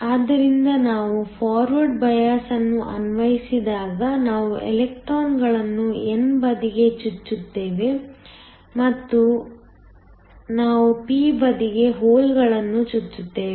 ಆದ್ದರಿಂದ ನಾವು forward bias ಅನ್ನು ಅನ್ವಯಿಸಿದಾಗ ನಾವು ಎಲೆಕ್ಟ್ರಾನ್ಗಳನ್ನು n ಬದಿಗೆ ಚುಚ್ಚುತ್ತೇವೆ ಮತ್ತು ನಾವು ಪಿ ಬದಿಗೆ ಹೋಲ್ಗಳನ್ನು ಚುಚ್ಚುತ್ತೇವೆ